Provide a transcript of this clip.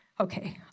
Okay